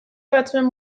batzuen